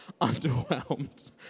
underwhelmed